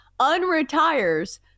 unretires